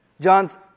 John's